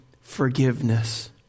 forgiveness